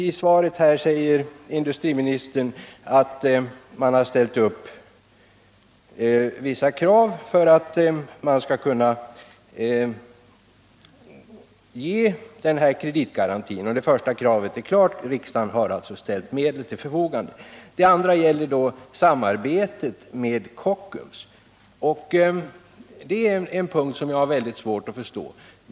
Industriministern säger nu i svaret att det har ställts vissa krav för att man skall kunna ge den här kreditgarantin. Det första kravet är uppfyllt, och riksdagen har alltså ställt medel till förfogande. Det andra gäller samarbetet med Kockums. Det är en sak som jag har mycket svårt att förstå.